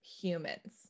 humans